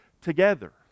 together